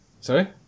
Sorry